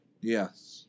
Yes